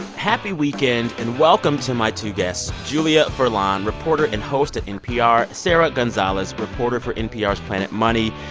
happy weekend. and welcome to my two guests julia furlan, reporter and host at npr, sarah gonzalez, reporter for npr's planet money.